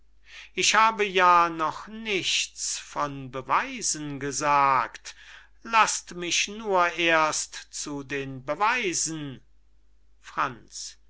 ich habe ja noch nichts von beweisen gesagt laßt mich nur erst zu den beweisen franz